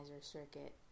circuit